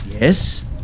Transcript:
Yes